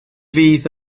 fydd